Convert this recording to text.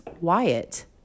Wyatt